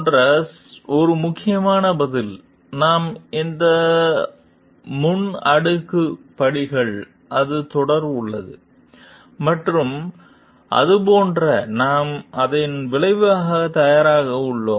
போன்ற ஒரு மிக முக்கியமான பதில் நாம் இந்த செல்ல முன் அது படிகள் ஒரு தொடர் உள்ளது மற்றும் போன்ற நாம் அதை விளைவுகளை தயாராக உள்ளன